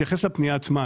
אתייחס לפנייה עצמה.